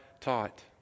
taught